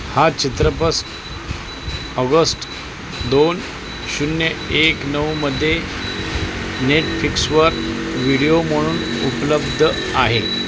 हा चित्रपट ऑगस्ट दोन शून्य एक नऊमध्ये नेटफ्लिक्सवर व्हिडिओ म्हणून उपलब्ध आहे